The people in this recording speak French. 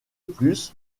plus